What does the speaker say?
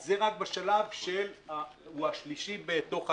לא, זה רק בשלב שהוא השלישי בתוך התהליך.